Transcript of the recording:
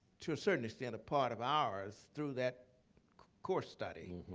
to a certain extent, a part of ours, through that course study,